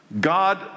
God